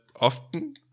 often